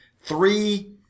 three